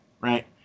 right